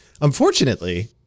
Unfortunately